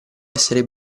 essere